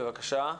בבקשה.